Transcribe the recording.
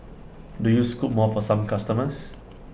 do you scoop more for some customers